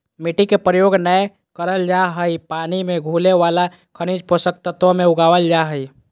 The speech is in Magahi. मिट्टी के प्रयोग नै करल जा हई पानी मे घुले वाला खनिज पोषक तत्व मे उगावल जा हई